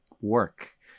work